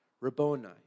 Rabboni